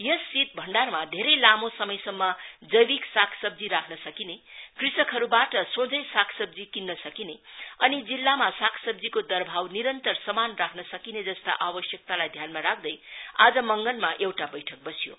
यस शीत भण्डारमा धेरै लामो समयसम्म जैविक सागसब्जी राख्न सकिने कृषकहरूबाट सोझै सागसब्जी किन्न सकिने अनि जिल्लामा सागसब्जीको दरभाव निरन्तर समान राख्न सकिने जस्ता आवश्यकतालाई ध्यानमा राख्दै आज मंगनमा एउटा बैठक बस्य़ो